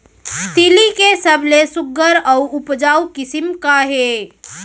तिलि के सबले सुघ्घर अऊ उपजाऊ किसिम का हे?